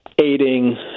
aiding